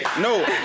No